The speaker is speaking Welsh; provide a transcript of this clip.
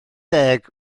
deg